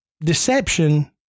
deception